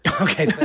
Okay